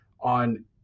on